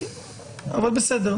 בסדר.